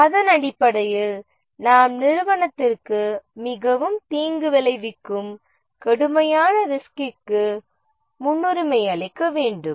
அதன் அடிப்படையில் நாம் நிறுவனத்திற்கு மிகவும் தீங்கு விளைவிக்கும் கடுமையான ரிஸ்கிற்கு முன்னுரிமை அளிக்க முடியும்